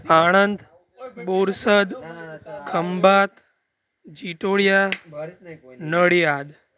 Anand Borsad Khambhat Jitodiya Nadiad